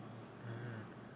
mm